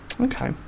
Okay